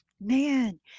Man